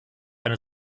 eine